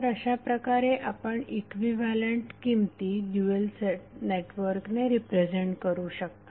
तर अशाप्रकारे आपण इक्विव्हॅलंट किमती ड्यूएल नेटवर्कने रिप्रेझेंट करू शकता